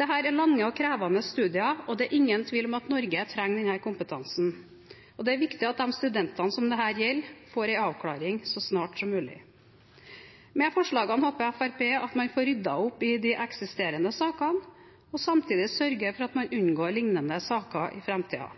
Dette er lange og krevende studier, og det er ingen tvil om at Norge trenger denne kompetansen. Det er viktig at de studentene som dette gjelder, får en avklaring så snart som mulig. Med forslagene håper Fremskrittspartiet at man får ryddet opp i de eksisterende sakene, og samtidig sørger for at man unngår